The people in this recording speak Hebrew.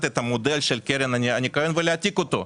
את המודל של קרן הניקיון ולהעתיק אותו .